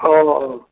অঁ অঁ